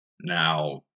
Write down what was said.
Now